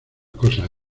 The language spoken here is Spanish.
cosas